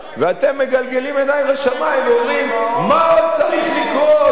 ואתם מגלגלים עיניים לשמים ואומרים: מה עוד צריך לקרות?